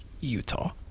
Utah